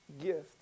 gift